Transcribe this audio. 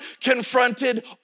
confronted